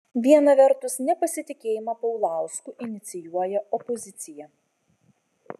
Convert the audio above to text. viena vertus nepasitikėjimą paulausku inicijuoja opozicija